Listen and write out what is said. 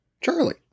Charlie